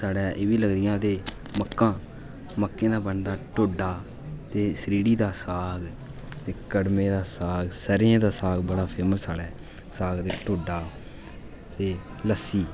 साढ़े एह्बी लगदियां ते मक्कां मक्कें दा बनदा ढोडा ते स्रीह्ड़ी दा साग ते कड़में दा साग ते स 'रेआं दा साग बड़ा फेमस साढ़े साग ते ढोडा ते लस्सी